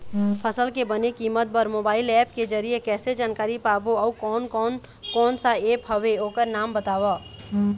फसल के बने कीमत बर मोबाइल ऐप के जरिए कैसे जानकारी पाबो अउ कोन कौन कोन सा ऐप हवे ओकर नाम बताव?